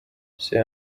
see